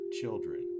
children